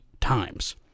times